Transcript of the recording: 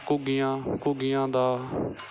ਘੁੱਗੀਆਂ ਘੁੱਗੀਆਂ ਦਾ